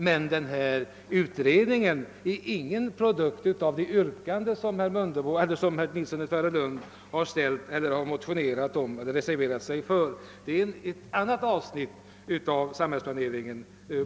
Men utredningen är ingen produkt av det yrkande som herr Nilsson i Tvärålund har ställt; den berör ett annat och mycket vidare avsnitt av samhälls planeringen.